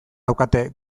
daukate